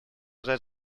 that